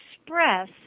express